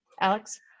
Alex